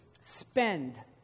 Spend